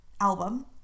album